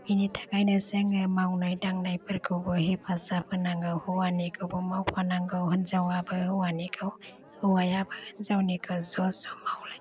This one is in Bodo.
बिनि थाखायनो जोङो मावनाय दांनायफोरखौबो हेफाजाब होनांगौ हौवानिखौबो मावफानांगौ हिन्जावाबो हौवानिखौ हौवायाबो हिन्जावनिखौ ज ज मावलाय